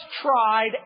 tried